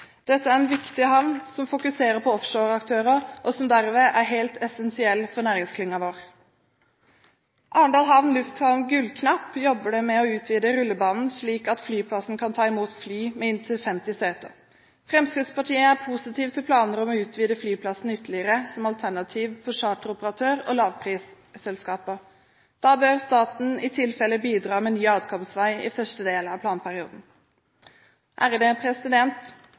Dette er en viktig havn som fokuserer på offshoreaktører, og som derved er helt essensiell for næringsklyngen vår. Ved Arendal lufthavn, Gullknapp, jobber de med å utvide rullebanen, slik at flyplassen kan ta imot fly med inntil 50 seter. Fremskrittspartiet er positiv til planer om å utvide flyplassen ytterligere, som alternativ for charteroperatør og lavprisselskaper. Da bør staten i tilfelle bidra med ny adkomstvei i første del av